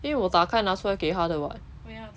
因为我打开拿出来给她的 [what]